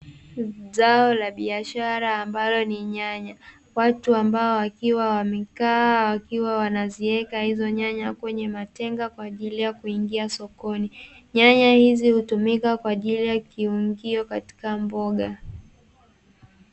Zao la biashara ambalo ni nyanya, watu ambao wakiwa wamekaa wakiwa wanaziweka hizo nyanya kwenye matenga kwa ajili ya kuingia sokoni. Nyanya hizi hutumika kwa ajili ya kiungio katika mboga.